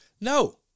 No